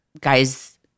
guys